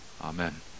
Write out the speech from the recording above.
Amen